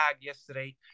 yesterday